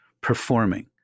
performing